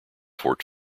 fort